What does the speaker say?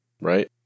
right